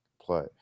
play